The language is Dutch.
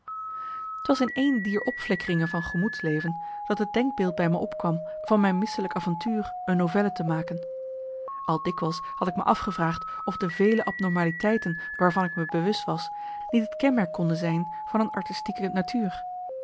t was in een dier opflikkeringen van gemoedsleven dat het denkbeeld bij me opkwam van mijn misselijk avontuur een novelle te maken al dikwijls had ik me afgevraagd of de vele abnormaliteiten waarvan ik me bewust was niet het kenmerk konden zijn van een artistieke natuur